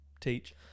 teach